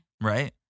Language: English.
Right